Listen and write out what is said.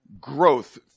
growth